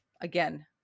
again